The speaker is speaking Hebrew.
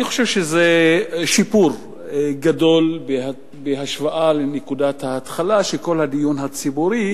אני חושב שזה שיפור גדול בהשוואה לנקודת ההתחלה שכל הדיון הציבורי